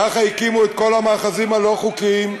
ככה הקימו את כל המאחזים הלא-חוקיים.